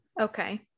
Okay